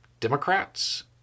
Democrats